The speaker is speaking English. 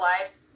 lives